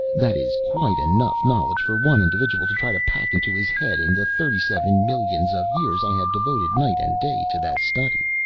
that is quite enough knowledge for one individual to try to pack into his head in the thirty-seven millions of years i have devoted night and day to that study.